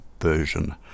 version